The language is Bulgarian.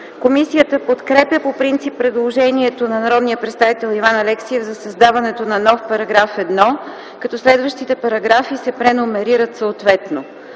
Комисията подкрепя по принцип предложението на народния представител Иван Алексиев за създаването на нов § 1, като следващите параграфи се преномерират съответно.